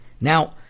Now